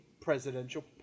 presidential